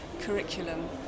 curriculum